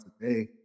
today